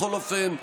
בכל אופן,